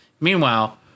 Meanwhile